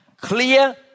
Clear